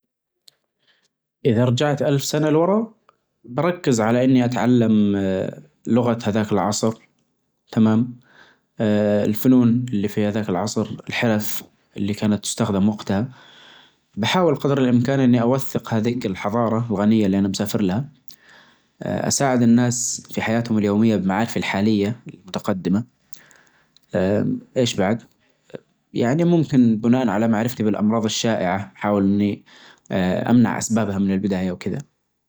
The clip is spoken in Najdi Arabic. إيه والله، التعليم مهم مرّة للمجتمع. هو أساس التقدم والتطور، لأن الشخص المتعلم يقدر يساهم في تطوير مجتمعه وحل مشاكله. التعليم يفتح عيون الناس على الفرص ويساعدهم يحققون أهدافهم. غير كذا، المجتمع اللي فيه تعليم قوي يكون عنده قوى عاملة ماهرة، وهالشي يعزز الاقتصاد ويحسن نوعية الحياة. بدون التعليم، يصير المجتمع يواجه تحديات كبيرة في التقدم والنمو.